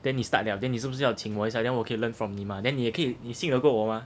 then 你 start liao then 你是不是要请我一下 then 我可以 learn from 你嘛 then 你也可以你信得过我吗